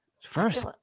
First